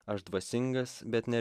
aš dvasingas bet nereligingas